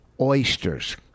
Oysters